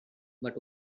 but